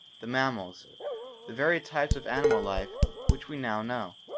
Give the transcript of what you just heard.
the mammals the varied types of animal life which we now know.